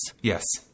Yes